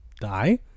die